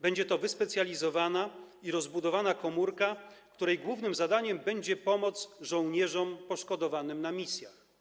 Będzie to wyspecjalizowana i rozbudowana komórka, której głównym zadaniem będzie pomoc żołnierzom poszkodowanym na misjach.